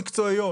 מקצועיות.